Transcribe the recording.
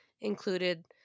included